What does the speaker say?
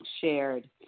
shared